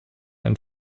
ein